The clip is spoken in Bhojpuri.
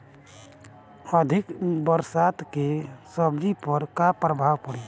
अधिक बरसात के सब्जी पर का प्रभाव पड़ी?